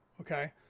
Okay